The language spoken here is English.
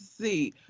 see